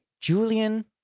Julian